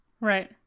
Right